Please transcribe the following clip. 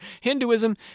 Hinduism